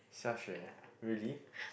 XiaXue really